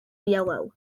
yellow